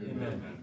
Amen